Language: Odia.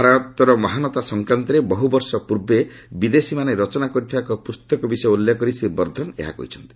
ଭାରତର ମହାନତା ସଂକ୍ରାନ୍ତରେ ବହୁବର୍ଷ ପୂର୍ବେ ବିଦେଶୀମାନେ ରଚନା କରିଥିବା ଏକ ପୁସ୍ତକ ବିଷୟ ଉଲ୍ଲେଖ କରି ଶ୍ରୀ ବର୍ଦ୍ଧନ ଏହା କହିଛନ୍ତି